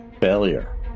failure